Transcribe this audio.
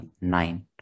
nine